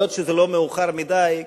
כל עוד זה לא מאוחר מדי,